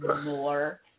more